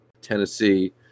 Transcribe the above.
Tennessee